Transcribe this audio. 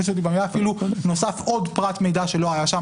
אפילו נוסף עוד פרט מידע שלא היה שם.